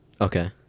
Okay